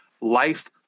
life